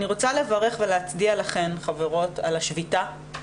אני רוצה לברך ולהצדיע לכן, חברות, על השביתה.